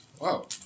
Wow